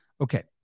okay